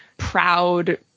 Proud